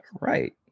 Right